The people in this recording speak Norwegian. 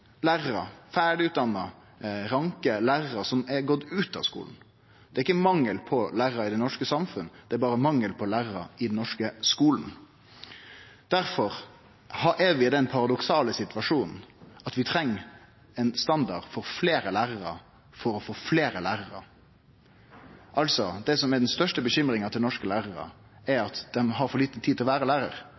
ranke lærarar som har gått ut av skulen. Det er ikkje mangel på lærarar i det norske samfunnet, det er berre mangel på lærarar i den norske skulen. Derfor er vi i den paradoksale situasjonen at vi treng ein standard med fleire lærarar for å få fleire lærarar . Altså: Det som er den største uroa for norske lærarar, er at dei har for lita tid til å vere lærar.